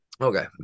Okay